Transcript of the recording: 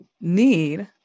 need